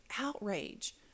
outrage